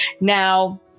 Now